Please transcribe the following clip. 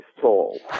tall